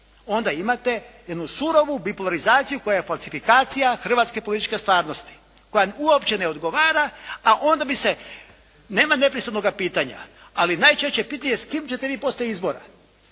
Onda imate jednu surovu bipolarizaciju koja je falsifikacija hrvatske političke stvarnosti, koja uopće ne odgovara a onda bi se. Nema nepristojnoga pitanja ali najčešće pitanje je s kime ćete vi poslije izbora.